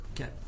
okay